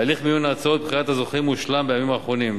והליך מיון ההצעות ובחירת הזוכים הושלם בימים האחרונים.